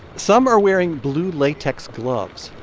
some are wearing blue latex gloves.